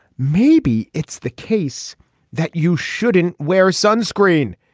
maybe it's the case that you shouldn't wear sunscreen.